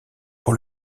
pour